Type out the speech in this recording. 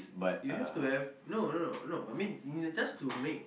you have to have no no no no I mean just to make